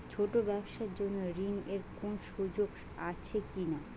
ছোট ব্যবসার জন্য ঋণ এর কোন সুযোগ আছে কি না?